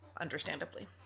understandably